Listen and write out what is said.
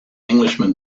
englishman